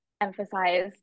emphasize